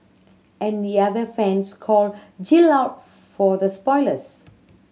and the other fans called Jill out for the spoilers